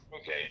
okay